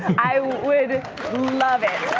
i would love it.